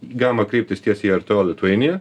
galima kreiptis tiesiai į rto litueinija